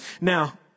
Now